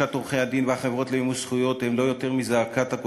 ברור לי שחברות כמו "זכותי" ולבנת פורן